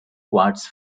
quartz